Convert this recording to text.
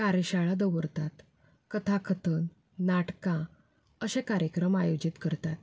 कार्यशाळा दवरतात कथाकथन नाटकां अशे कार्यक्रम आयोजीत करतात